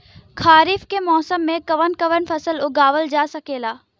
खरीफ के मौसम मे कवन कवन फसल उगावल जा सकेला?